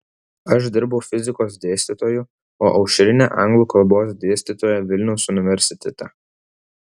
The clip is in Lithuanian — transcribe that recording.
aš dirbau fizikos dėstytoju o aušrinė anglų kalbos dėstytoja vilniaus universitete